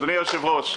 אדוני היושב-ראש,